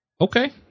Okay